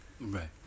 Right